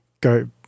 go